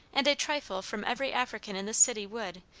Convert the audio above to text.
and a trifle from every african in this city would,